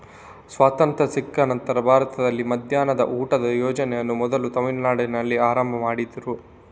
ಸ್ವಾತಂತ್ರ್ಯ ಸಿಕ್ಕ ನಂತ್ರ ಭಾರತದಲ್ಲಿ ಮಧ್ಯಾಹ್ನದ ಊಟದ ಯೋಜನೆಯನ್ನ ಮೊದಲು ತಮಿಳುನಾಡಿನಲ್ಲಿ ಆರಂಭ ಮಾಡಿದ್ರು